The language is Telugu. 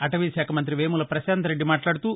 అటవీ శాఖ మంత్రి వేముల పశాంత్రెడ్డి మాట్లాడుతూ